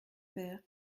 faire